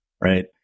right